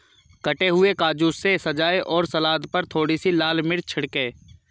कटे हुए काजू से सजाएं और सलाद पर थोड़ी सी लाल मिर्च छिड़कें